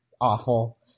awful